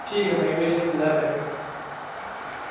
ٹھیک ہے بھائی مجھے اِنتظار رہے گا